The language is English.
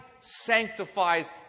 sanctifies